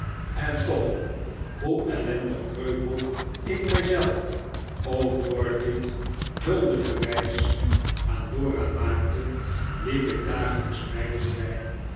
en toch hoe ellendig kreupel ik mij zelf ook door dit huldebewiis aan dora maakte liep ik dagelijks mijlen ver